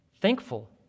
thankful